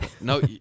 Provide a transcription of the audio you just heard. no